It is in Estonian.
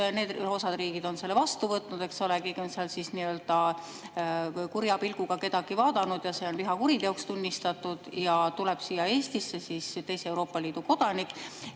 kus osa riike on selle vastu võtnud, keegi on seal siis nii-öelda kurja pilguga kedagi vaadanud ja see on vihakuriteoks tunnistatud ja ta tuleb siia Eestisse, teise Euroopa Liidu [riigi]